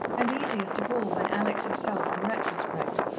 and easiest of all when alex herself, in retrospect,